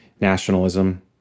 nationalism